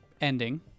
ending